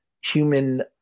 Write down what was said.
human